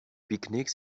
picnic